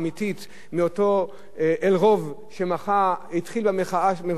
מאותו אלרוב שהתחיל במחאת ה"קוטג'",